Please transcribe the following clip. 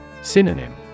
Synonym